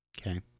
okay